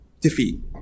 defeat